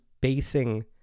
basing